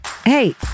Hey